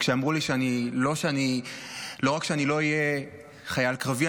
וכשאמרו לי שלא רק שאני לא אהיה חייל קרבי,